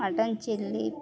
mutton chilli